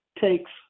takes